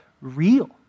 real